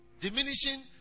Diminishing